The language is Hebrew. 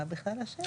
מה בכלל השאלה?